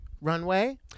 runway